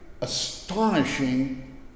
astonishing